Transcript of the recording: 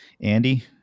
Andy